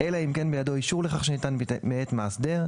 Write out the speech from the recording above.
אלא אם כן בידו אישור לכך שניתן מאת מאסדר,